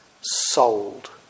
sold